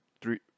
three